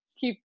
keep